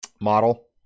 model